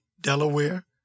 Delaware